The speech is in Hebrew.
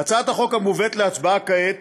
בהצעת החוק המובאת להצבעה כעת